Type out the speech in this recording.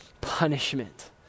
punishment